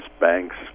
banks